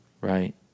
Right